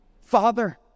Father